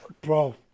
bro